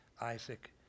Isaac